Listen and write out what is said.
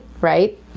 right